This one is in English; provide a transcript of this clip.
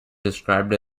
described